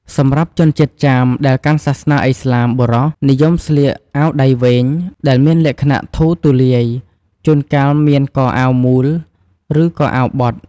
សម្រាប់ជនជាតិចាមដែលកាន់សាសនាឥស្លាមបុរស និយមស្លៀក អាវដៃវែង ដែលមានលក្ខណៈធូរទូលាយ ជួនកាលមានកអាវមូល ឬកអាវបត់។